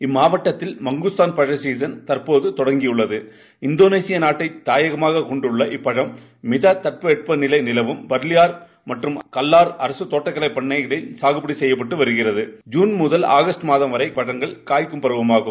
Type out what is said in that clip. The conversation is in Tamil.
இம்மாவட்டத்தில் மங்குஸ்தான் பழ சீசன் தற்போது தொடங்கியுள்ளது இந்தோனேஷியா நாட்டை தாயகமாக கொண்டுள்ள இப்பழம் மித தட்ப வெப்பநிலை நிலவும் பர்லியார் மற்றும் கல்லார் அரசு தோட்டக்கலைப் பண்ணைகளில் சுகுபடி செய்யப்பட்டு வருகிறது ஜுன் முதல் ஆகஸ்ட் மாதம் வரை இப்பழங்கள் காய்க்கும் பருவமாகும்